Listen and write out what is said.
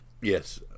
Yes